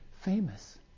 famous